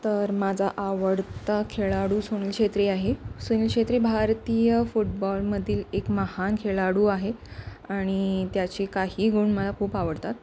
तर माझा आवडता खेळाडू सुनील छेत्री आहे सुनील छेत्री भारतीय फुटबॉलमधील एक महान खेळाडू आहे आणि त्याचे काही गुण मला खूप आवडतात